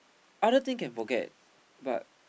other thing can forget but